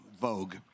Vogue